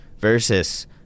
versus